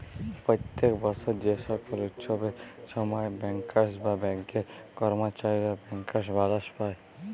প্যত্তেক বসর যে কল উচ্ছবের সময় ব্যাংকার্স বা ব্যাংকের কম্মচারীরা ব্যাংকার্স বলাস পায়